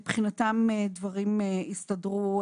מבחינתם דברים הסתדרו